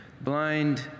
blind